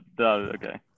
okay